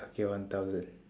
okay one thousand